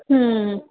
ਹੂੰ